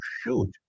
shoot